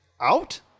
out